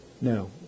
No